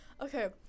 okay